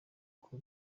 uko